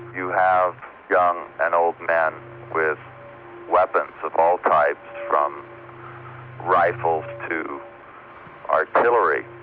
you have young and old men with weapons of all types, from rifles to artillery,